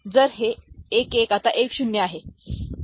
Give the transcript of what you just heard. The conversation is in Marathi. तर हे 1 1 आता 1 0 आहे